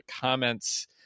comments